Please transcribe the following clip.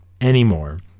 anymore